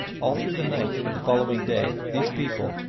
all through the night and the following day these people,